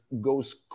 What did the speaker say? goes